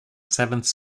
seventh